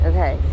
Okay